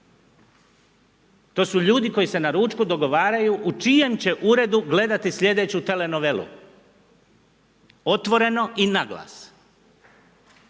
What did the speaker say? To su ljudi koji se na ručku dogovaraju u čijem će uredu gledati sljedeću telenovelu, otvoreno i na glas.